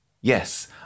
Yes